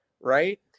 right